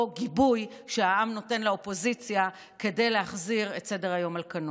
גיבוי שהעם נותן לאופוזיציה כדי להחזיר את סדר-היום על כנו.